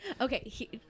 Okay